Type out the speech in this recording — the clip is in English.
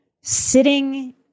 sitting